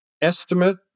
estimate